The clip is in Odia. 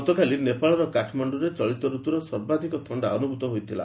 ଗତକାଲି ନେପାଳର କାଠମାଣ୍ଡ୍ରରେ ଚଳିତ ରତ୍ତର ସର୍ବାଧିକ ଥଶ୍ଚା ଅନୁଭୂତ ହୋଇଥିଲା